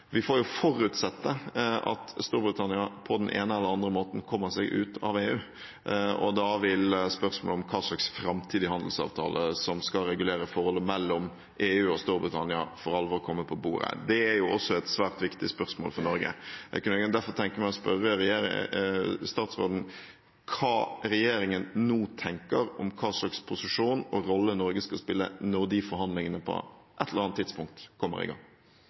vi får forutsette at Storbritannia på den eller andre måten kommer seg ut av EU, og da vil spørsmålet om hvilken framtidig handelsavtale som skal regulere forholdet mellom EU og Storbritannia, for alvor komme på bordet. Det er også et svært viktig spørsmål for Norge. Jeg kunne derfor tenke meg å spørre statsråden: Hva tenker regjeringen nå om hvilken posisjon og rolle Norge skal spille når de forhandlingene – på et eller annet tidspunkt – kommer i gang?